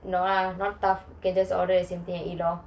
no lah not tough can just order the same thing and eat lor